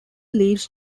leaves